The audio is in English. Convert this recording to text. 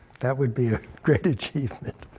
that would be a great achievement.